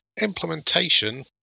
Implementation